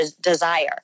desire